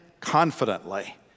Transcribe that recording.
confidently